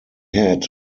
had